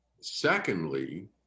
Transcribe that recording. Secondly